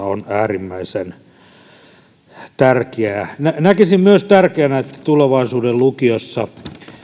on äärimmäisen tärkeää näkisin myös tärkeänä että tulevaisuuden lukiossa